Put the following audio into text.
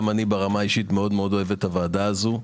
גם אני ברמה האישית מאוד אוהב את הוועדה הזו,